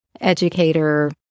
educator